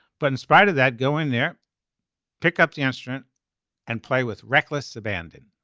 but in spite of that going there pick up the instrument and play with reckless abandon